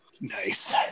Nice